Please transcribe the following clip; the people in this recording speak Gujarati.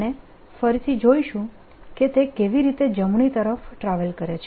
આપણે ફરીથી જોઈશું કે તે કેવી રીતે જમણી તરફ ટ્રાવેલ કરેલ છે